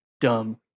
dumb